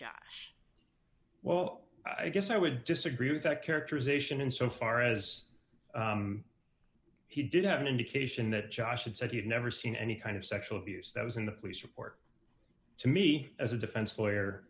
josh well i guess i would disagree with that characterization in so far as he did have an indication that josh had said you've never seen any kind of sexual abuse that was in the police report to me as a defense lawyer